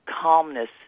calmness